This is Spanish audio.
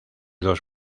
dos